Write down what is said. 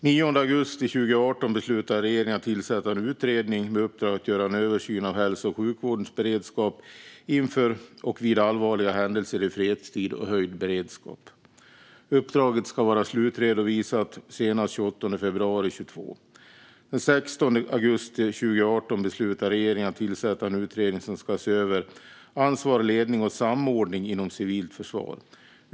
Den 9 augusti 2018 beslutade regeringen att tillsätta en utredning med uppdrag att göra en översyn av hälso och sjukvårdens beredskap inför och vid allvarliga händelser i fredstid och höjd beredskap. Uppdraget ska vara slutredovisat senast den 28 februari 2022. Den 16 augusti 2018 beslutade regeringen att tillsätta en utredning som ska se över ansvar, ledning och samordning inom civilt försvar.